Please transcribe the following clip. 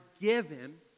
given